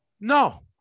no